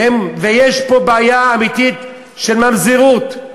ויש פה בעיה אמיתית של ממזרות,